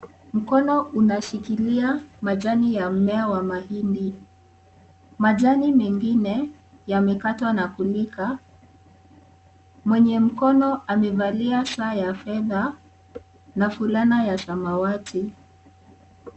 Mkono unashikilia majani ya mmea wa mahindi, majani mengine yamekatwa na kulika, mwenye mkono amevalia saa ya fedha na fulana ya samawati.